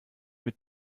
mit